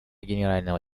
генерального